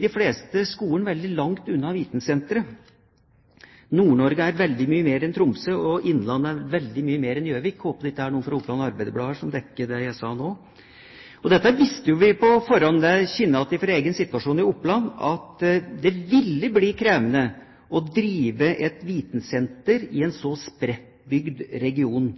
De fleste skolene i Nord-Norge ligger veldig langt unna vitensenteret i Tromsø. Nord-Norge er veldig mye mer enn Tromsø. Innlandet er veldig mye mer enn Gjøvik – håper det ikke er noen fra Oppland Arbeiderblad her som dekker det jeg sa nå. Vi visste jo på forhånd – det kjenner jeg igjen fra egen situasjon i Oppland – at det ville bli krevende å drive et vitensenter i en så spredtbygd region